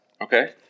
Okay